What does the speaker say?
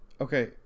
Okay